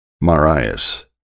Marius